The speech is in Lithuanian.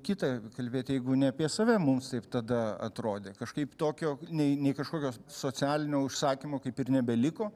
kita kalbėti jeigu ne apie save mums taip tada atrodė kažkaip tokio nei nei kažkokio socialinio užsakymo kaip ir nebeliko